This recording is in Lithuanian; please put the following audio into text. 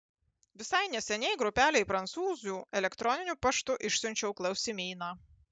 visai neseniai grupelei prancūzių elektroniniu paštu išsiunčiau klausimyną